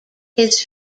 his